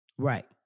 Right